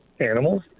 Animals